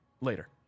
later